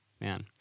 Man